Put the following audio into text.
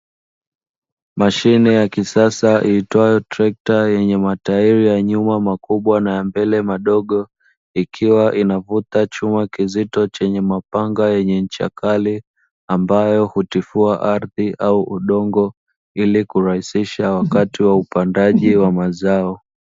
Mashine ya kisasa iitwayo trekta yenye matairi ya nyuma makubwa na yambele madogo, ikiwa inavuta chuma kizito chenye mapanga yenye ncha kali ambayo hutifua ardhi au udongo ili kurahisisha wakati wa upandaji wa mazao.